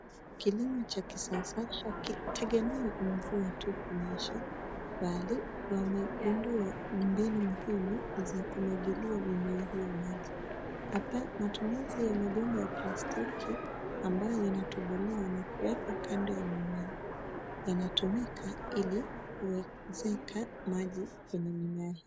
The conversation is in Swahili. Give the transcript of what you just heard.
Kilimo cha kisasa hakitegemei mvua tu kunyesha bali wamegundua mbinu muhimu za kumwagilia mimea hio maji. Hapa matumizi ya mabomba ya plastiki ambayo yanatobolewa na kuwekwa kando ya mimea yanatumika ili kuezeka maji kwenye mimea.